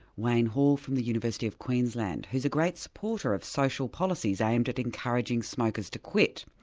wayne hall, from the university of queensland, who's a great supporter of social policies aimed at encouraging smokers to quit.